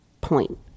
point